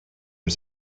are